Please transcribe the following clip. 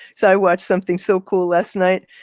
so i watched something so cool. last night,